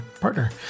partner